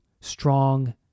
strong